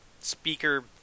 speaker